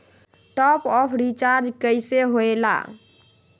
Top up recharge कइसे होएला?